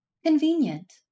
Convenient